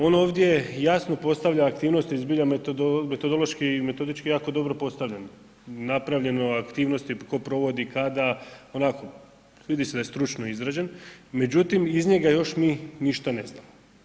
On ovdje jasno postavlja aktivnosti zbilja metodološki i metodički je jako dobro postavljen, napravljeno aktivnosti tko provodi, kada, onako, vidi se da je stručno izrađen međutim iz njega još mi ništa ne znamo.